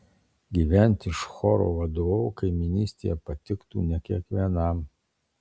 gyventi šio choro vadovo kaimynystėje patiktų ne kiekvienam